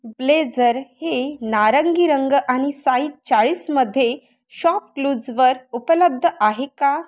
blazer हे नारंगी रंग आणि साईज चाळीसमध्ये शॉपक्लूजवर उपलब्ध आहे का